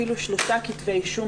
אפילו שלושה כתבי אישום,